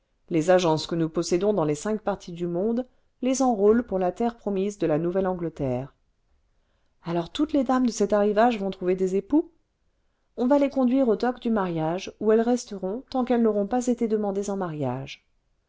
les agences que nous possédons dans les cinq parties du monde les enrôlent pour la terre promise de la nouvelleangleterre alors toutes les dames de cet arrivage vont trouver des époux on va les conduire aux docks du mariage où elles resteront tant qu'elles n'auront pas été demandées en mariage